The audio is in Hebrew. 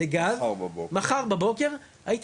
בהמשך למדנו במקרה באוקטובר 2022 בוועדה